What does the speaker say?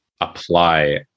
apply